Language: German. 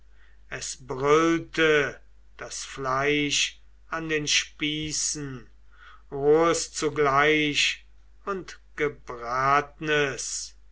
es brüllte das fleisch an den spießen rohes zugleich und gebratnes